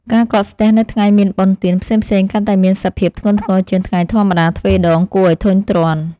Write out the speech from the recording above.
ការកកស្ទះនៅថ្ងៃមានបុណ្យទានផ្សេងៗកាន់តែមានសភាពធ្ងន់ធ្ងរជាងថ្ងៃធម្មតាទ្វេដងគួរឱ្យធុញទ្រាន់។